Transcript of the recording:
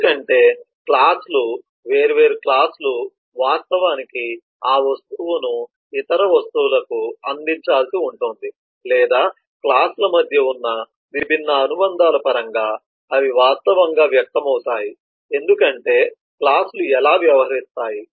ఎందుకంటే క్లాస్ లు వేర్వేరు క్లాస్ లు వాస్తవానికి ఆ వస్తువును ఇతర వస్తువులకు అందించాల్సి ఉంటుంది లేదా క్లాస్ ల మధ్య ఉన్న విభిన్న అనుబంధాల పరంగా అవి వాస్తవంగా వ్యక్తమవుతాయి ఎందుకంటే క్లాస్ లు ఎలా వ్యవహరిస్తాయి